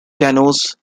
canoes